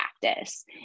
practice